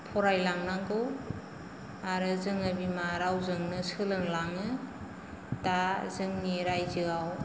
फरायलांनांगौ आरो जोङो बिमा रावजोंनो सोलोंलाङो दा जोंनि राइजोआव